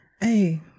hey